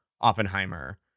Oppenheimer